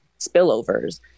spillovers